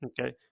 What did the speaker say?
Okay